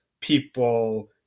people